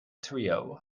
trio